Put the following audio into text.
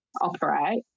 operate